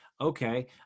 okay